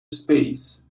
space